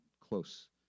close